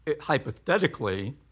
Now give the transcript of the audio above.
hypothetically